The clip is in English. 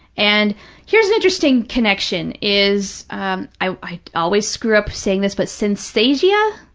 and here's an interesting connection, is i always screw up saying this, but synesthesia.